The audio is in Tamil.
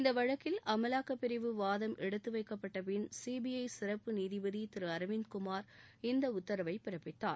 இந்த வழக்கில் அமலாக்க்ப்பிரிவு வாதம் எடுத்துவைக்கப்பட்டபின் சிபிஐ சிறப்பு நீதிபதி திரு அரவிந்த்குமார் இந்த உத்தரவை பிறப்பித்தார்